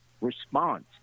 response